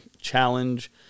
challenge